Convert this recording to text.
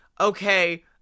okay